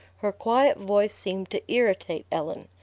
her quiet voice seemed to irritate ellen.